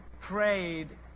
prayed